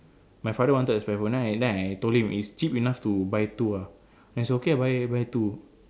my father wanted the spare phone then I then I told him it's cheap enough to buy two ah then it's so okay lah buy buy two